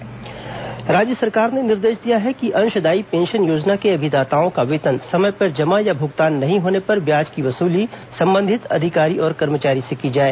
अंशदायी पेंशन योजना राज्य सरकार ने निर्देश दिया है कि अंशदायी पेंशन योजना के अभिदाताओं का वेतन समय पर जमा या भूगतान नहीं होने पर ब्याज की वसूली संबंधित अधिकारी और कर्मचारी से की जाए